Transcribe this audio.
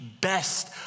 best